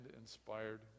inspired